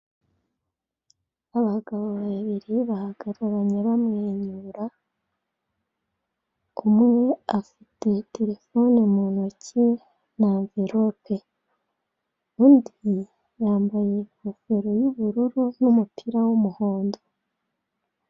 Abagabo babiri bahagararanye bamwenyura, umwe afite telefone mu ntoki na anverope. Undi yambaye ingofero ya ubururu na umupira wa umuhondo.